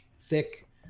thick